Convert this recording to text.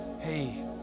Hey